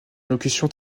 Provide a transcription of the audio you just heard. allocution